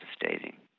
devastating